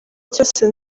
cyose